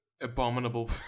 abominable